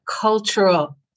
cultural